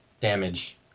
damage